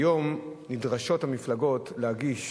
כיום נדרשות המפלגות להגיש